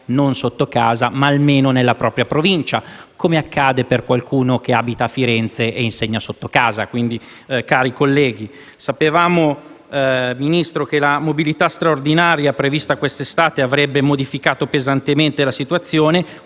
non sotto casa, ma almeno nella propria Provincia, come accade a qualcuno che abita a Firenze ed insegna sotto casa. Sapevamo che la mobilità straordinaria prevista questa estate avrebbe modificato pesantemente la situazione,